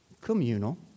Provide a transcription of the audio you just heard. communal